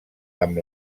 amb